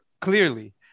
clearly